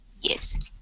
Yes